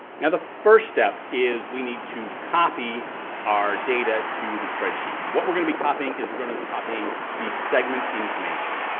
now the first step is, we need to copy our data to the spreadsheet and what we're gonna be copying is, we're gonna be copying the segment information.